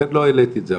לכן לא העליתי את זה,